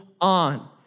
on